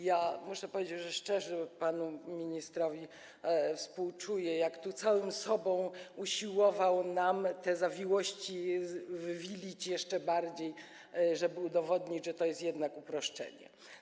Ja muszę powiedzieć, że szczerze panu ministrowi współczuję, że całym sobą usiłował nam te zawiłości zawikłać jeszcze bardziej, żeby udowodnić, że to jest jednak uproszczenie.